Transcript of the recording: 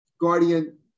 guardian